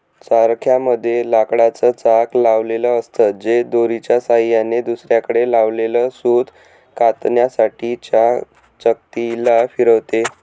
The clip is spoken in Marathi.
चरख्या मध्ये लाकडाच चाक लावलेल असत, जे दोरीच्या सहाय्याने दुसरीकडे लावलेल सूत कातण्यासाठी च्या चकती ला फिरवते